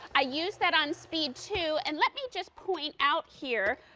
i use that on speed to, and let me just point out here,